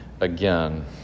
again